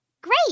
Great